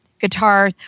guitar